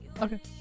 Okay